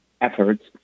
efforts